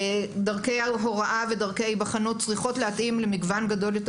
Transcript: דרכי הוראה ודרכי היבחנות צריכות להתאים למגוון גדול יותר